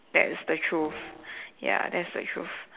that's the truth ya that's the truth